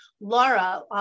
Laura